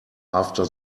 after